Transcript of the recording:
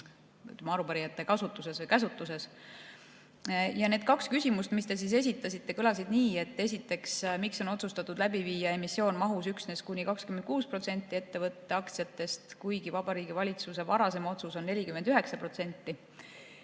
ka arupärijate kasutuses või käsutuses. Need kaks küsimust, mis te esitasite, kõlasid nii. Esiteks, miks on otsustatud läbi viia emissioon mahus üksnes kuni 26% ettevõtte aktsiatest, kuigi Vabariigi Valitsuse varasem otsus on 49%?